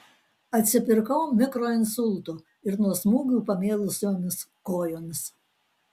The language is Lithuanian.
atsipirkau mikroinsultu ir nuo smūgių pamėlusiomis kojomis